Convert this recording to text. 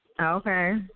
Okay